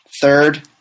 Third